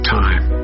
time